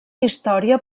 història